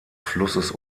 flusses